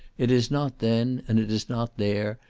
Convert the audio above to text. it is not then, and it is not there,